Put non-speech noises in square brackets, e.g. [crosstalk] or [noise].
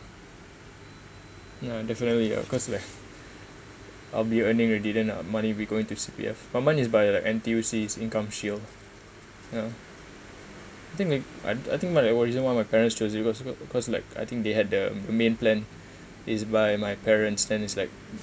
ya definitely of course leh I'll be earning already then money will be going to C_P_F but mine is by the N_T_U_C income shield you know think ma~ [noise] I think whatever reason why my parents chose it was because because like I think they had the m~ main plan is by my parents then it's like